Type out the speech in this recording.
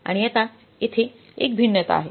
आणि आता येथे एक भिन्नता आहे